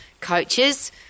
coaches